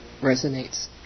resonates